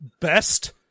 best